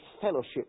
fellowship